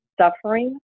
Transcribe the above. suffering